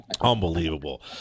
Unbelievable